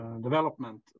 development